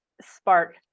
spark